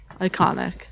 Iconic